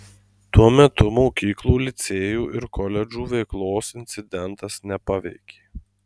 tuo metu mokyklų licėjų ir koledžų veiklos incidentas nepaveikė